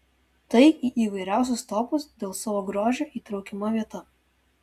tai į įvairiausius topus dėl savo grožio įtraukiama vieta